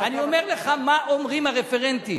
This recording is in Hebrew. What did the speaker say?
אני אומר לך מה אומרים הרפרנטים.